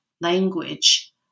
language